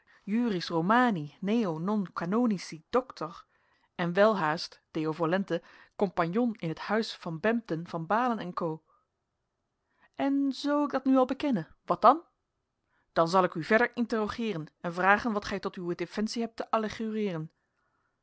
juris romani neo non canonici doctor en welhaast deo volente compagnon in het huis van bempden van baalen en co en zoo ik dat nu al bekenne wat dan dan zal ik u verder interrogeeren en vragen wat gij tot uw defensie hebt te